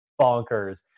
bonkers